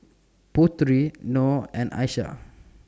Putri Nor and Aishah